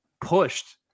pushed